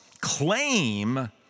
claim